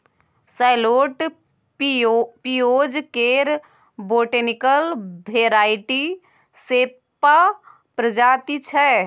सैलोट पिओज केर botanical variety सेपा प्रजाति छै